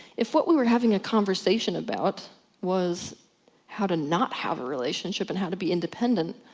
if what we were having a conversation about was how to not have a relationship and how to be independent,